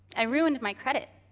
i ruined my credit.